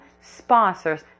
sponsors